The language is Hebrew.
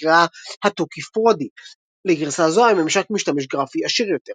ונקראה "התוכי פרודי"; לגרסה זו היה ממשק משתמש גרפי עשיר יותר.